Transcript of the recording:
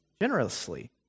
generously